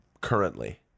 currently